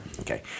Okay